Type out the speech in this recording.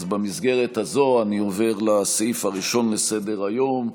הזאת אני עובר לסעיף הראשון בסדר-היום: